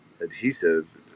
adhesive